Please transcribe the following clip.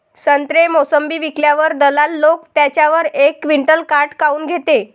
संत्रे, मोसंबी विकल्यावर दलाल लोकं त्याच्यावर एक क्विंटल काट काऊन घेते?